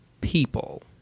People